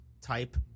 type